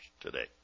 today